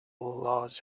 laws